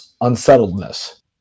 unsettledness